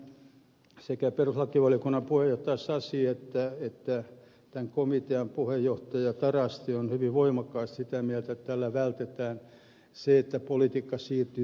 siinähän sekä perustuslakivaliokunnan puheenjohtaja sasi että tämän komitean puheenjohtaja tarasti ovat hyvin voimakkaasti sitä mieltä että tällä vältetään se että politiikka siirtyy tuomioistuimeen